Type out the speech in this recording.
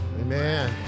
Amen